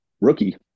rookie